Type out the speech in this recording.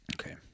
Okay